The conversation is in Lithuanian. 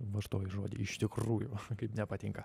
vartoju žodį iš tikrųjų kaip nepatinka